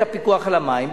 את הפיקוח על המים?